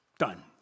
Done